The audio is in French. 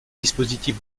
dispositif